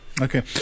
Okay